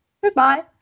Goodbye